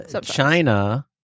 China